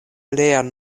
lian